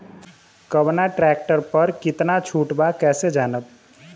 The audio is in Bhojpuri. कवना ट्रेक्टर पर कितना छूट बा कैसे जानब?